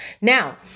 Now